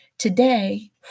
Today